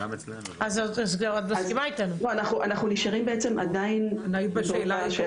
אנחנו נשארים בשאלה.